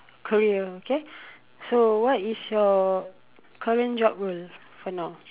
career okay so what is your current job role for now